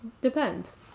depends